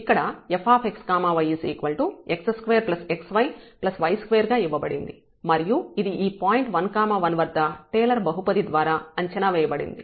ఇక్కడ fx y x 2 xy y 2 గా ఇవ్వబడింది మరియు ఇది ఈ పాయింట్ 1 1 వద్ద టేలర్ బహుపది ద్వారా అంచనా వేయబడింది